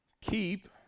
keep